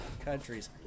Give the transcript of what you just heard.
countries